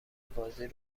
بازی